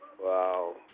Wow